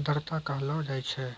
आर्द्रता कहलो जाय छै